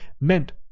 meant